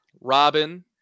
Robin